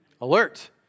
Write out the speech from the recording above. Alert